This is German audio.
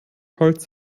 holz